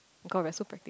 oh god we are so practic~